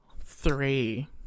Three